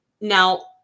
Now